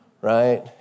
Right